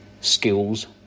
skills